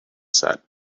set